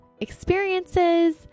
experiences